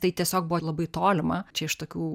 tai tiesiog buvo labai tolima čia iš tokių